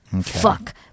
Fuck